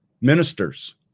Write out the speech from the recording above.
Ministers